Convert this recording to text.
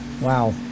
Wow